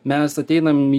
mes ateinam į